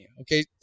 okay